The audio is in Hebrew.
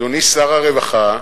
אדוני שר הרווחה,